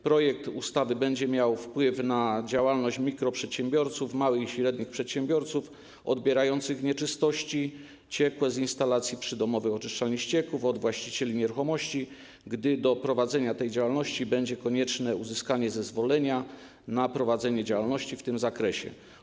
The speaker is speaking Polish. Projekt ustawy będzie miał wpływ na działalność mikroprzedsiębiorców, małych i średnich przedsiębiorców odbierających nieczystości ciekłe z instalacji przydomowych oczyszczalni ścieków od właścicieli nieruchomości, gdy do prowadzenia tej działalności będzie konieczne uzyskanie zezwolenia na prowadzenie działalności w tym zakresie.